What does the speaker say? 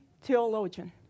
theologian